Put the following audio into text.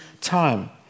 time